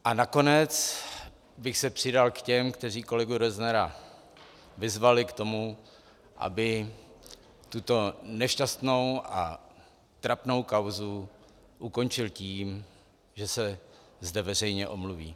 A nakonec bych se přidal k těm, kteří kolegu Roznera vyzvali k tomu, aby tuto nešťastnou a trapnou kauzu ukončil tím, že se zde veřejně omluví.